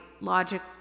Logic